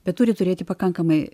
bet turi turėti pakankamai